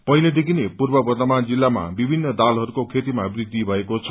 पहिलेदखि नै पूत्र बर्छमान जिल्लामा विभिन्न दालहरूको खेतीमा वृद्धि भएको छ